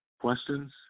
questions